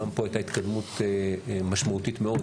גם פה הייתה התקדמות משמעותית מאוד